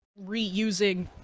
reusing